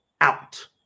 out